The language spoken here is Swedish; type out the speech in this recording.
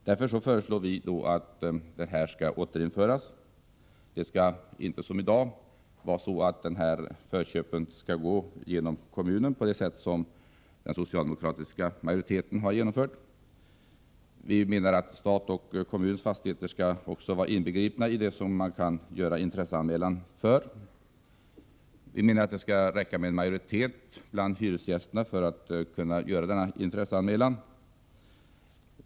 Vi föreslår därför att detta åter skall bli möjligt. Denna förköpsrätt skall inte som i dag gå genom kommunen, vilket den socialdemokratiska majoriteten har beslutat. Vi menar att statens och kommunernas fastigheter också skall vara inbegripna i det bostadsbestånd som man kan göra intresseanmälan för. Det skall räcka att en majoritet av hyresgästerna vill göra denna intresseanmälan.